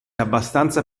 abbastanza